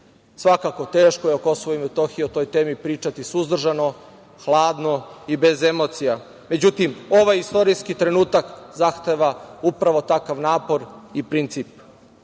Svakako teško je o Kosovu i Metohiji o toj temi pričati suzdržano, hladno i bez emocija, međutim ovaj istorijski trenutak zahteva upravo takav napor i princip. Uveren